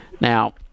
Now